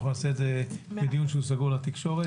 אנחנו נעשה את זה בדיון שהוא סגור לתקשורת.